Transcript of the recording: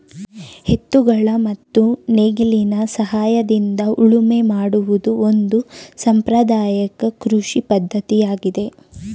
ಎತ್ತುಗಳ ಮತ್ತು ನೇಗಿಲಿನ ಸಹಾಯದಿಂದ ಉಳುಮೆ ಮಾಡುವುದು ಒಂದು ಸಾಂಪ್ರದಾಯಕ ಕೃಷಿ ಪದ್ಧತಿಯಾಗಿದೆ